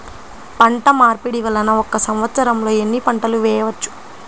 పంటమార్పిడి వలన ఒక్క సంవత్సరంలో ఎన్ని పంటలు వేయవచ్చు?